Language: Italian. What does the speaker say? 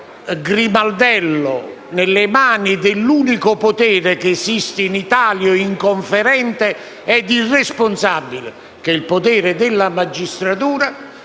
ulteriore grimaldello nelle mani dell'unico potere che esiste in Italia inconferente ed irresponsabile, il potere della magistratura,